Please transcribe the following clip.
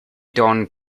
dawned